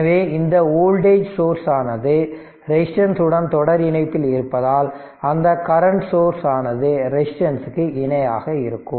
எனவே இந்த voltage source ஆனது ரெசிஸ்டன்ஸ் உடன் தொடர் இணைப்பில் இருப்பதால் அந்த கரெண்ட் சோர்ஸ் ஆனது ரெசிஸ்டன்ஸ்க்கு இணையாக இருக்கும்